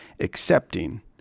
accepting